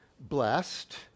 Blessed